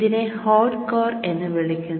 ഇതിനെ hot core എന്ന് വിളിക്കുന്നു